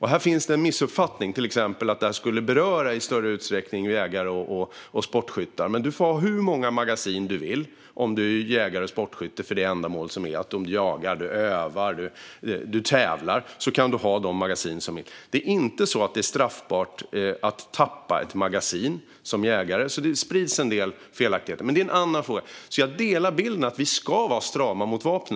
Här finns det en missuppfattning, till exempel att detta i större utsträckning skulle beröra jägare och sportskyttar. Du får ha hur många magasin du vill för ändamålet om du är jägare eller sportskytt. Om du jagar, om du övar eller om du tävlar kan du ha de magasin du behöver. Det är inte så att det är straffbart att tappa ett magasin som jägare. Det sprids en del felaktigheter, men det är en annan fråga. Jag delar bilden att vi ska vara strama mot vapnen.